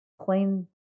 clean